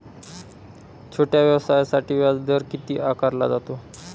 छोट्या व्यवसायासाठी व्याजदर किती आकारला जातो?